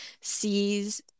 sees